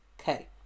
Okay